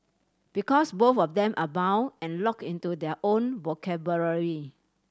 because both of them are bound and locked into their own vocabulary